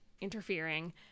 interfering